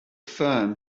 firm